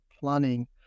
planning